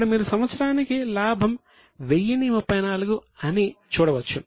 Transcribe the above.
ఇక్కడ మీరు సంవత్సరానికి లాభం 1034 అని చూడవచ్చు